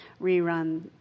rerun